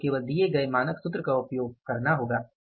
आपको केवल दिए गए मानक सूत्र का उपयोग करना होगा